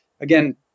again